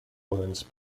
wounds